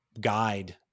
guide